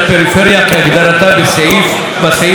כהגדרתה בסעיף המוצע.